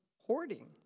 hoarding